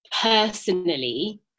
personally